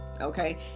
okay